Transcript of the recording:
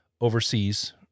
overseas